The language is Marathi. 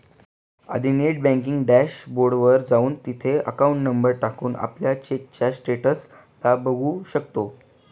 आधी नेट बँकिंग डॅश बोर्ड वर जाऊन, तिथे अकाउंट नंबर टाकून, आपल्या चेकच्या स्टेटस ला बघू शकतो